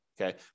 Okay